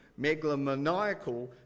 megalomaniacal